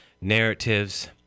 narratives